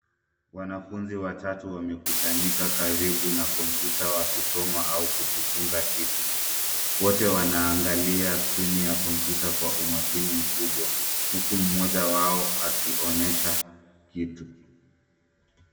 Wanafunzi watatu wamekusanyika karibu na kompyuta wakisoma au kujifunza kiti. Wote wanaangalia skrini ya kompyuta kwa umakini mkubwa huku mmoja wao akionyesha kitu.